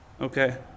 Okay